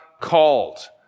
called